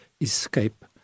escape